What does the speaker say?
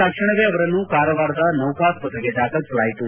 ತಕ್ಷಣವೇ ಅವರನ್ನು ಕಾರವಾರದ ನೌಕಾ ಆಸ್ಪತ್ರೆಗೆ ದಾಖಲಿಸಲಾಯಿತು